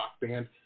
band